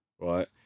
right